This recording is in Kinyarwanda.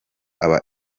aba